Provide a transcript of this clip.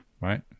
right